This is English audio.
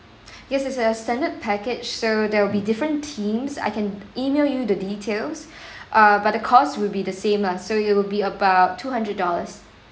yes it's a standard package so there will be different teams I can email you the details uh but the cost will be the same lah so it will be about two hundred dollars